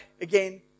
again